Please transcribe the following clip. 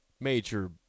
major